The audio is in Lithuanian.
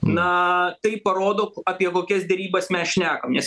na tai parodo apie kokias derybas mes šnekam nes